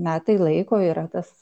metai laiko yra tas